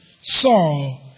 saw